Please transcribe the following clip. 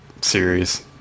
series